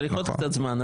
כי צריך עוד קצת זמן.